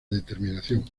determinación